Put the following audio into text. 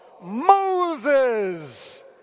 Moses